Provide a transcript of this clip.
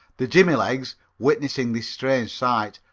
the jimmy-legs, witnessing this strange sight,